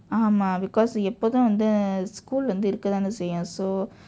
ஆமாம்:aamaam because எப்போதும் வந்து:eppoothum vandthu school வந்து இருக்க தானே செய்யும்:vandthu irukka thanee seyyum